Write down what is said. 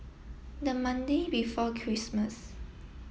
the Monday before Christmas